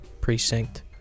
precinct